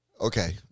Okay